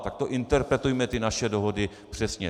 Tak to interpretujme ty naše dohody přesně.